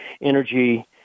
energy